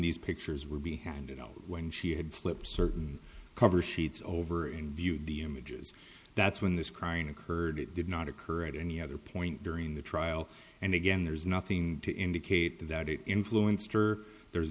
these pictures would be handed out when she had flipped certain cover sheets over and viewed the images that's when this crying occurred it did not occur at any other point during the trial and again there's nothing to indicate that it influenced her there's